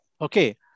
Okay